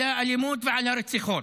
על האלימות ועל הרציחות,